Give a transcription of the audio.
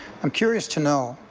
i'm curious to know,